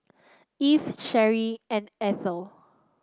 Evie Cherrie and Eithel